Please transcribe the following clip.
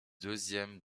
deuxième